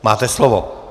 Máte slovo.